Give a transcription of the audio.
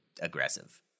aggressive